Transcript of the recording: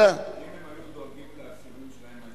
אם הם היו דואגים לאסירים שלהם,